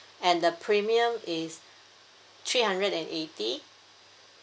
and the premium is three hundred and eighty